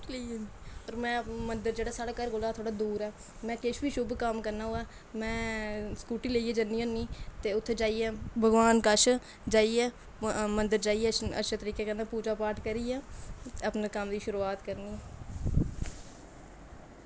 होर में मंदर जेह्ड़ा साढ़े घरै कोला थोह्ड़ा दूर ऐ में किश बी शुभ कम्म करना होऐ में स्कूटी लेइयै जन्नी होन्नी ते उत्थें जाइयै भगवान कश जाइयै मंदर जाइयै अच्छे तरीके कन्नै पूजा पाठ करियै अपने कम्म दी शुरूआत करनी